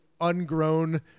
ungrown